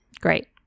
Great